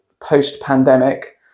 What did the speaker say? post-pandemic